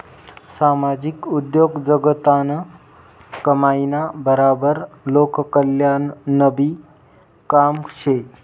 सामाजिक उद्योगजगतनं कमाईना बराबर लोककल्याणनंबी काम शे